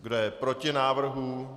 Kdo je proti návrhu?